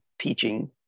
teaching